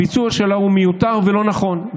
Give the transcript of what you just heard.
הביצוע שלה הוא מיותר ולא נכון,